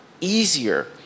easier